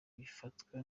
bifatwa